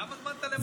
כמה זמן אתה למעלה?